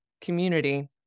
community